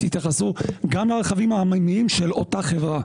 תתייחסו גם לרכבים --- של אותה חברה,